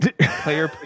Player